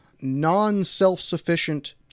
non-self-sufficient